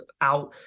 out